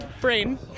brain